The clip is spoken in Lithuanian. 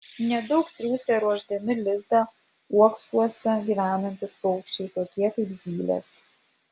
nedaug triūsia ruošdami lizdą uoksuose gyvenantys paukščiai tokie kaip zylės